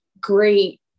great